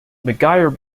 mcguire